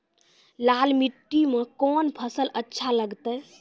लाल मिट्टी मे कोंन फसल अच्छा लगते?